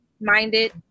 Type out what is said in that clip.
minded